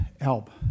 help